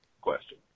question